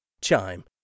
Chime